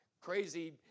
crazy